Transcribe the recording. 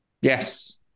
Yes